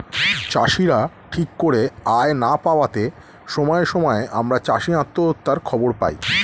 চাষীরা ঠিক করে আয় না পাওয়াতে সময়ে সময়ে আমরা চাষী আত্মহত্যার খবর পাই